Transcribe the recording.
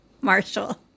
Marshall